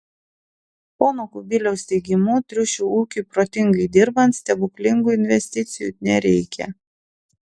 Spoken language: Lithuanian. pono kubiliaus teigimu triušių ūkiui protingai dirbant stebuklingų investicijų nereikia